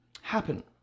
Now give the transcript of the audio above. happen